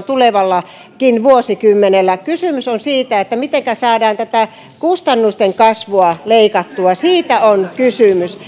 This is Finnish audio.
tulevallakin vuosikymmenellä kysymys on siitä mitenkä saadaan tätä kustannusten kasvua leikattua siitä on kysymys